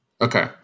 Okay